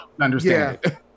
understand